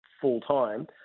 full-time